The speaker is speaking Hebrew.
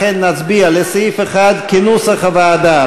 לכן נצביע על סעיף 1 כנוסח הוועדה.